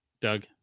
Doug